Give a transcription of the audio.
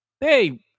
Hey